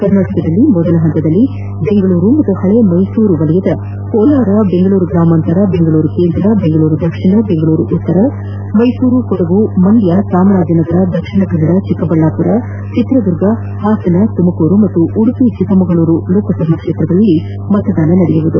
ಕರ್ನಾಟಕದಲ್ಲಿ ಮೊದಲ ಹಂತದಲ್ಲಿ ಬೆಂಗಳೂರು ಮತ್ತು ಹಳೇ ಮ್ರೆಸೂರು ಕೋಲಾರ ಬೆಂಗಳೂರು ಗ್ರಾಮಾಂತರ ಬೆಂಗಳೂರು ಕೇಂದ್ರ ಬೆಂಗಳೂರು ದಕ್ಷಿಣ ಬೆಂಗಳೂರು ಉತ್ತರ ಮೈಸೂರು ಕೊಡಗು ಮಂಡ್ಯ ಚಾಮರಾಜನಗರ ದಕ್ಷಿಣ ಕನ್ನಡ ಚಿಕ್ಕಬಳ್ಣಾಪುರ ಚಿತ್ರದುರ್ಗ ಹಾಸನ ತುಮಕೂರು ಮತ್ತು ಉಡುಪಿ ಚಿಕ್ಕಮಗಳೂರು ಕ್ಷೇತಗಳಲ್ಲೂ ಮತದಾನ ನಡೆಯಲಿದೆ